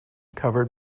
covered